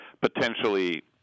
potentially